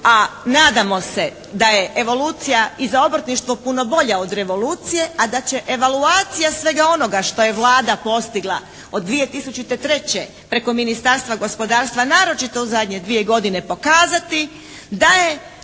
a nadamo se da je evolucija i za obrtništvo puno bolja od revolucije, a da će evaloacija svega onoga što je Vlada postigla od 2003. preko Ministarstva gospodarstva, naročito u zadnje dvije godine pokazati da je